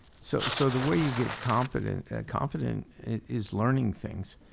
so so the way you get confident confident is learning things.